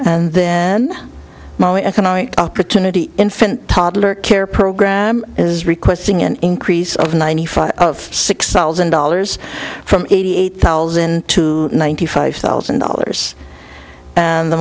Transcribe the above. molly economic opportunity infant toddler care program is requesting an increase of nine hundred six thousand dollars from eighty eight thousand to ninety five thousand dollars and the